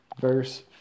verse